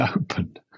opened